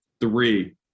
three